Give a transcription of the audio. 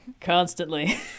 Constantly